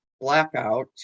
blackout